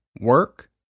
work